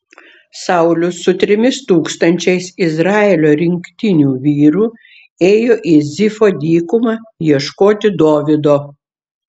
saulius su trimis tūkstančiais izraelio rinktinių vyrų ėjo į zifo dykumą ieškoti dovydo